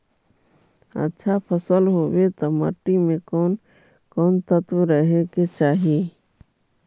अच्छा फसल होबे ल मट्टी में कोन कोन तत्त्व रहे के चाही?